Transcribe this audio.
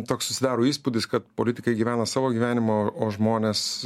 toks susidaro įspūdis kad politikai gyvena savo gyvenimą o žmonės